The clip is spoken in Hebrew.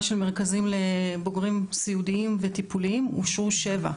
של מרכזים לבוגרים סיעודיים וטיפוליים אושרו שבע.